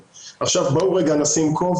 קלה,